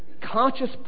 Conscious